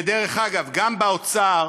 ודרך אגב, גם באוצר